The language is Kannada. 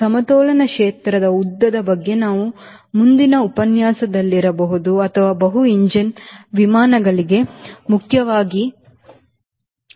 ಸಮತೋಲನ ಕ್ಷೇತ್ರದ ಉದ್ದದ ಬಗ್ಗೆ ನಾವು ಮುಂದಿನ ಉಪನ್ಯಾಸದಲ್ಲಿರಬಹುದು ಅದು ಬಹು ಎಂಜಿನ್ ವಿಮಾನಗಳಿಗೆ ಮುಖ್ಯವಾಗಿ ಮುಖ್ಯವಾಗಿದೆ